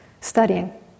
studying